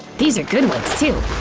these are good ones, too.